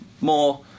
more